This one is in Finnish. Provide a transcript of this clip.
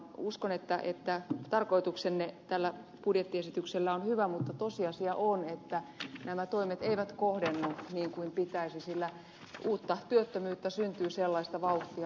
uskon että tarkoituksenne tällä budjettiesityksellä on hyvä mutta tosiasia on että nämä toimet eivät kohdennu niin kuin pitäisi sillä uutta työttömyyttä syntyy sellaista vauhtia että hirvittää